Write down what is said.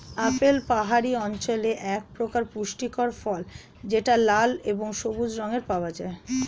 apple পাহাড়ি অঞ্চলের একপ্রকার পুষ্টিকর ফল যেটা লাল এবং সবুজ রঙে পাওয়া যায়